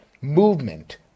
movement